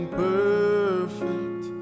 perfect